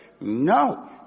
No